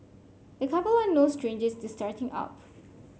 the couple are no strangers to starting up